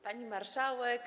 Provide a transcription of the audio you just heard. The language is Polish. Pani Marszałek!